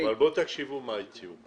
אבל בואו ותקשיבו למה שהציעו.